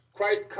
Christ